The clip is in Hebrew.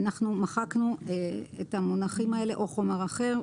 אנחנו מחקנו את המונחים האלה "או חומר אחר",